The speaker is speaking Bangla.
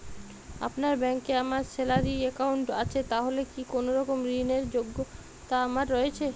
আপনার ব্যাংকে আমার স্যালারি অ্যাকাউন্ট আছে তাহলে কি কোনরকম ঋণ র যোগ্যতা আমার রয়েছে?